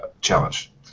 challenge